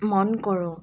মন কৰোঁ